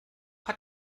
hat